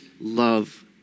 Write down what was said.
love